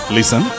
Listen